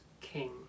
king